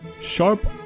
sharp